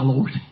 Lord